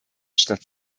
statt